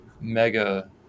mega